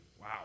Wow